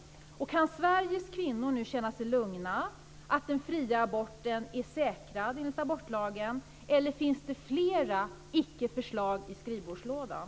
Kan Sveriges kvinnor nu känna sig lugna när det gäller att den fria aborten är säkrad enligt abortlagen, eller finns det flera ickeförslag i skrivbordslådan?